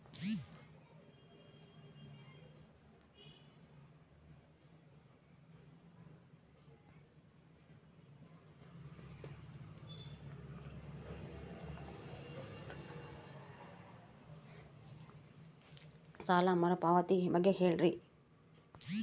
ಸಾಲ ಮರುಪಾವತಿ ಬಗ್ಗೆ ಹೇಳ್ರಿ?